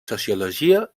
sociologia